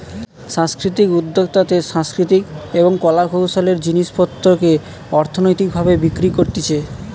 সাংস্কৃতিক উদ্যোক্তাতে সাংস্কৃতিক এবং কলা কৌশলের জিনিস পত্রকে অর্থনৈতিক ভাবে বিক্রি করতিছে